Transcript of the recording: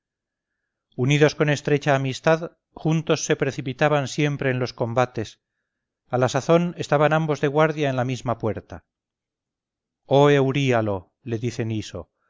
unidos con estrecha amistad juntos se precipitaban siempre en los combates a la sazón estaban ambos de guardia en la misma puerta oh euríalo le dice niso